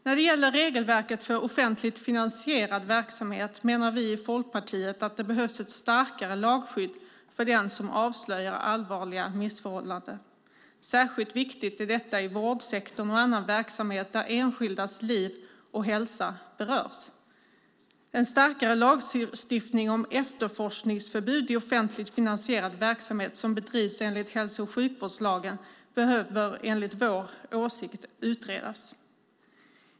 När det gäller regelverket för offentligt finansierad verksamhet menar vi i Folkpartiet att det behövs ett starkare lagskydd för den som avslöjar allvarliga missförhållanden. Särskilt viktigt är detta i vårdsektorn och i annan sådan verksamhet där enskildas liv och hälsa berörs. En starkare lagstiftning om efterforskningsförbud i offentligt finansierad verksamhet som bedrivs enligt hälso och sjukvårdslagen behöver enligt vår åsikt utredas.